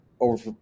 over